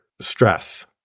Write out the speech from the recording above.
stress